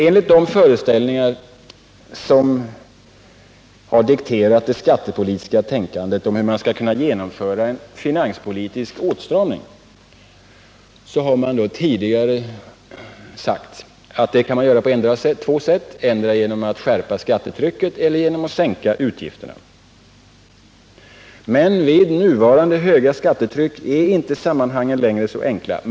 Enligt de föreställningar som har dikterat det skattepolitiska tänkandet kan man genomföra en finanspolitisk åtstramning på två olika sätt —- endera genom att skärpa skattetrycket eller genom att sänka utgifterna. Med nuvarande höga skattetryck är sammanhangen inte längre så enkla.